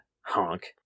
honk